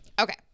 Okay